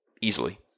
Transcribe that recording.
easily